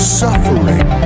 suffering